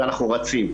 ואנחנו רצים.